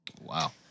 wow